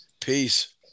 Peace